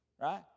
Right